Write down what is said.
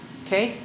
okay